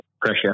pressure